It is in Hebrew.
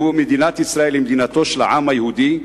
והיא שמדינת ישראל היא מדינתו של העם היהודי?